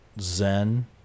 zen